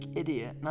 idiot